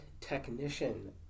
technician